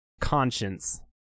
conscience